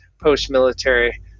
post-military